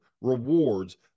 rewards